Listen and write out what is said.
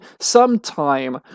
sometime